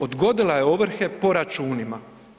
Odgodila je ovrhe po računima.